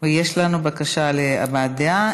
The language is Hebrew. יש לנו בקשה להבעת דעה,